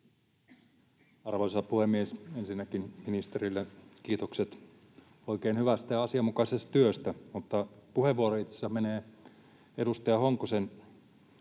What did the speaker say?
Arvoisa puhemies! Ensinnäkin ministerille kiitokset oikein hyvästä ja asianmukaisesta työstä, mutta puheenvuoro itse asiassa menee edustaja Honkosen